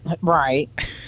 Right